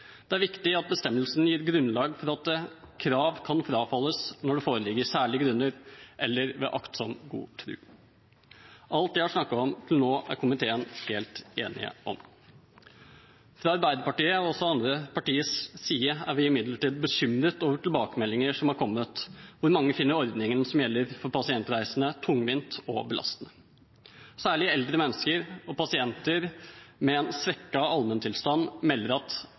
Det er viktig at bestemmelsen gir grunnlag for at krav kan frafalles når det foreligger særlige grunner eller ved aktsom god tro. Alt jeg har snakket om til nå, er komiteen helt enig om. Fra Arbeiderpartiets og også andre partiers side er vi imidlertid bekymret over tilbakemeldinger som er kommet om at mange finner ordningen som gjelder for pasientreisene, tungvinne og belastende. Særlig eldre mennesker og pasienter med en svekket allmenntilstand melder at